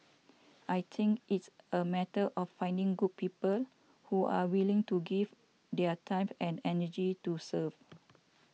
I think it's a matter of finding good people who are willing to give their time and energy to serve